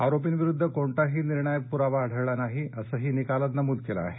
आरोपींविरुद्व कोणताही निर्णायक प्रावा आढळला नाही असंही निकालात नमूद केलं आहे